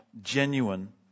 genuine